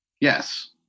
Yes